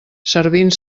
servint